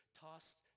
tossed